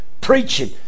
Preaching